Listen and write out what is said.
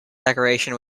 decoration